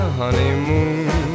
honeymoon